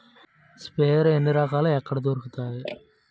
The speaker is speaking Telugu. స్ప్రేయర్ ఎన్ని రకాలు? ఎక్కడ దొరుకుతాయి?